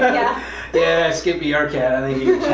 ah yeah. yeah skippy, our cat. i think